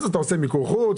אז אתה עושה מיקור חוץ,